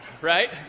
right